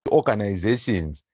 organizations